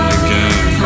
again